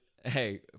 Hey